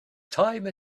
time